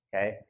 Okay